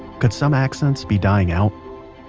could some accents be dying out?